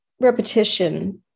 repetition